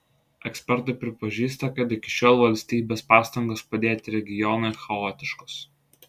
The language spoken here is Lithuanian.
ekspertai pripažįsta kad iki šiol valstybės pastangos padėti regionui chaotiškos